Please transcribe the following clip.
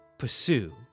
Pursue